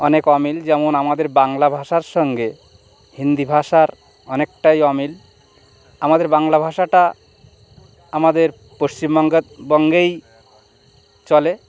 অনেক অমিল যেমন আমাদের বাংলা ভাষার সঙ্গে হিন্দি ভাষার অনেকটাই অমিল আমাদের বাংলা ভাষাটা আমাদের পশ্চিমবঙ্গ বঙ্গেই চলে